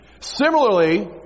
Similarly